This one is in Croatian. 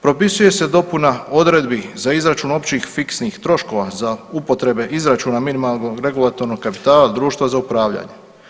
Propisuje se dopuna odredbi za izračun općih fiksnih troškova za upotrebe izračuna minimalnog regulatornog kapitala društva za upravljanje.